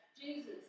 Jesus